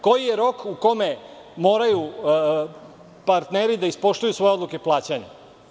Koji je rok u kome moraju partneri da ispoštuju svoje odluke plaćanja?